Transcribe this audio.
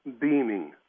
beaming